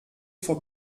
vor